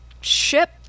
ship